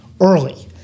early